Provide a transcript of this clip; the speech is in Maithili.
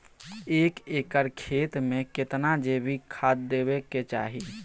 एक एकर खेत मे केतना जैविक खाद देबै के चाही?